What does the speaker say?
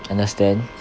understand